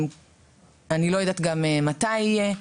אני לא יודעת גם מתי יהיה.